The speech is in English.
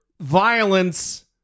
violence